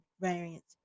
variants